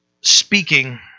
speaking